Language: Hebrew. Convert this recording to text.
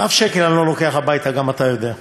אף שקל אני לא לוקח הביתה, גם אתה יודע.